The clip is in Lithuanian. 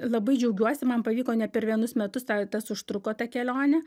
labai džiaugiuosi man pavyko ne per vienus metus tą tas užtruko ta kelionė